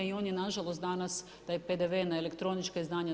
I on je nažalost danas taj PDV na elektronička izdanja 25%